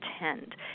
attend